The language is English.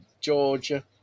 Georgia